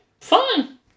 fine